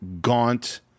gaunt